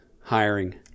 hiring